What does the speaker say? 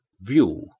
view